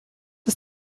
ist